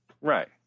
Right